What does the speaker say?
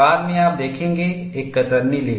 बाद में आप देखेंगे एक कतरनी लिप